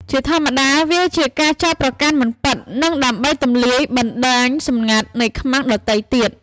ជាធម្មតា វាជាការចោទប្រកាន់មិនពិត និងដើម្បី "ទម្លាយ" បណ្តាញសម្ងាត់នៃ "ខ្មាំង" ដទៃទៀត។